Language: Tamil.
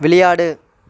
விளையாடு